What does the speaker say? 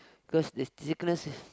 because this sickness is